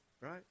right